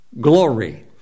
glory